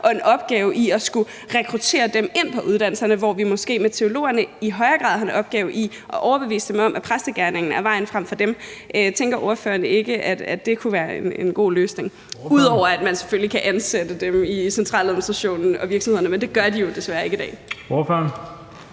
og en opgave i at skulle rekruttere dem ind på uddannelserne, hvor vi måske med teologerne i højere grad har en opgave i at overbevise dem om, at præstegerningen er vejen frem for dem. Tænker ordføreren ikke, at det kunne være en god løsning, ud over at man selvfølgelig kan ansætte dem i centraladministrationen og i virksomhederne? Men det gør de jo desværre ikke i dag. Kl.